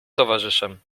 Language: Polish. towarzyszem